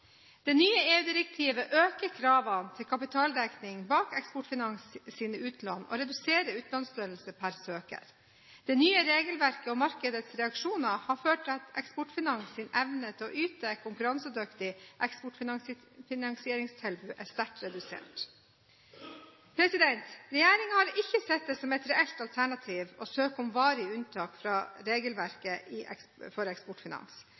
Det nye EU-direktivet øker kravene til kapitaldekning bak Eksportfinans’ utlån og reduserer utlånsstørrelse per søker. Det nye regelverket og markedets reaksjoner har ført til at Eksportfinans’ evne til å yte et konkurransedyktig eksportfinansieringstilbud er sterkt redusert. Regjeringen har ikke sett det som et reelt alternativ å søke om varig unntak fra regelverket for Eksportfinans.